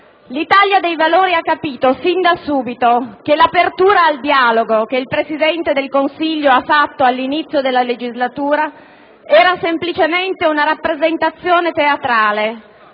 L'Italia dei Valori ha capito sin da subito che l'apertura al dialogo avviata dal Presidente del Consiglio all'inizio della legislatura era semplicemente una rappresentazione teatrale.